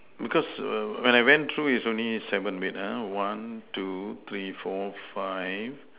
because err when I went through it's only seven wait ah one two three four five